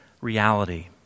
reality